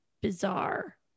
bizarre